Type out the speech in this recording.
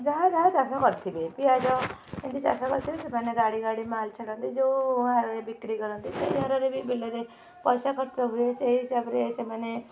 ଯାହା ଯାହା ଚାଷ କରିଥିବେ ପିଆଜ ଏମିତି ଚାଷ କରିଥିବେ ସେମାନେ ଗାଡ଼ି ଗାଡ଼ି ମାଲ୍ ଛାଡ଼ନ୍ତି ଯେଉଁ ହାରରେ ବିକ୍ରୀ କରନ୍ତି ସେଇ ହାରରେ ବି ବିଲରେ ପଇସା ଖର୍ଚ୍ଚ ହୁଏ ସେଇ ହିସାବରେ ସେମାନେ